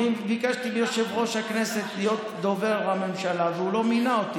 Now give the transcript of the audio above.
אני ביקשתי מיושב-ראש הכנסת להיות דובר הממשלה והוא לא מינה אותי.